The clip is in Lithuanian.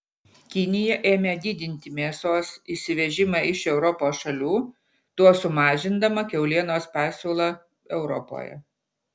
kinija ėmė didinti mėsos įsivežimą iš europos šalių tuo sumažindama kiaulienos pasiūlą europoje